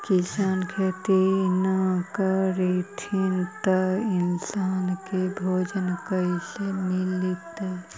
किसान खेती न करथिन त इन्सान के भोजन कइसे मिलतइ?